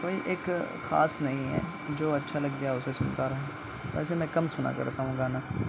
کوئی ایک خاص نہیں ہے جو اچھا لگ گیا اسے سنتا رہوں ویسے میں کم سنا کرتا ہوں گانا